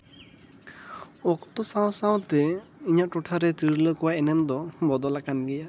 ᱚᱠᱛᱚ ᱥᱟᱶᱼᱥᱟᱶᱛᱮ ᱤᱧᱟᱹᱜ ᱴᱚᱴᱷᱟ ᱨᱮ ᱛᱤᱨᱞᱟᱹ ᱠᱚᱣᱟᱜ ᱮᱱᱮᱢ ᱫᱚ ᱵᱚᱫᱚᱞᱟᱠᱟᱱ ᱜᱮᱭᱟ